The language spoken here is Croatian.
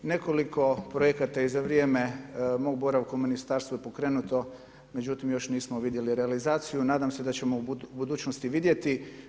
Nekoliko projekata i za vrijeme mog boravka u Ministarstvu je pokrenuto, međutim još nismo vidjeli realizaciju, nadam se da ćemo u budućnosti vidjeti.